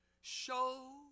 Show